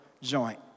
joint